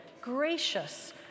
gracious